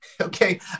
okay